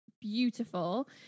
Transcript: Beautiful